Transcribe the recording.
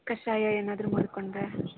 ಕಷಾಯ ಏನಾದ್ರೂ ಮಾಡಿಕೊಂಡ್ರೆ